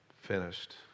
finished